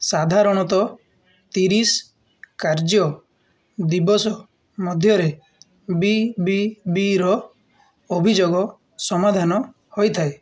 ସାଧାରଣତ ତିରିଶ କାର୍ଯ୍ୟ ଦିବସ ମଧ୍ୟରେ ବିବିବିର ଅଭିଯୋଗ ସମାଧାନ ହୋଇଥାଏ